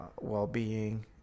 well-being